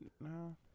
no